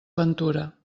ventura